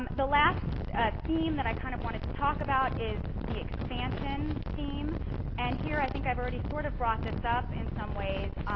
the last ah theme that i kind of wanted to talk about is the expansion theme and here i think i've already sort of brought this up in some ways.